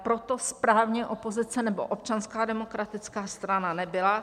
Pro to správně opozice, nebo Občanská demokratická strana, nebyla.